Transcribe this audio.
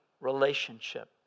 relationship